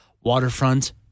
waterfront